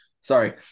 Sorry